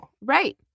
Right